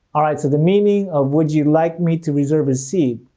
alright, so the meaning of would you like me to reserve a seat?